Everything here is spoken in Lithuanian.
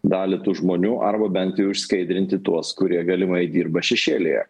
dalį tų žmonių arba bent jau išskaidrinti tuos kurie galimai dirba šešėlyje